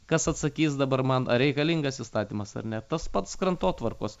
kas atsakys dabar man ar reikalingas įstatymas ar ne tas pats krantotvarkos